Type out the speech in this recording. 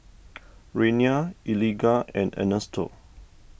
Rayna Eligah and Ernesto